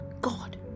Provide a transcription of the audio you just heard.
God